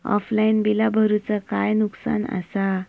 Offline बिला भरूचा काय नुकसान आसा?